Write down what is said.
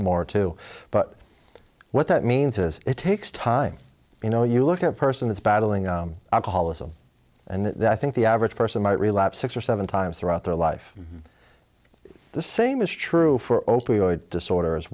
more too but what that means is it takes time you know you look at a person who's battling alcoholism and i think the average person might relapse six or seven times throughout their life the same is true for opioid disorder as